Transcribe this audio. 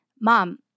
Mom